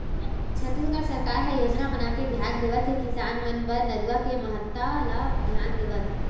छत्तीसगढ़ सरकार ह योजना बनाके धियान देवत हे किसान मन बर नरूवा के महत्ता ल धियान देवत